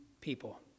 people